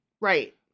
Right